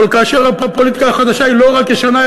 אבל כאשר הפוליטיקה החדשה היא לא רק ישנה,